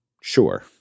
sure